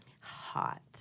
Hot